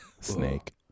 snake